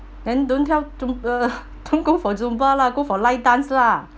then don't tell do~ uh don't go for zumba lah go for light dance lah